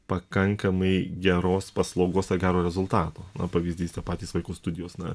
pakankamai geros paslaugos ar gero rezultato pavyzdys tie patys vaiko studijos na